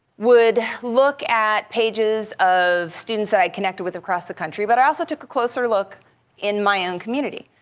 would look at pages of students that i connected with across the country, but i also took a closer look in my own community.